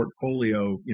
portfolio